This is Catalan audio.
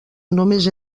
només